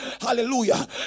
Hallelujah